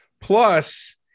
Plus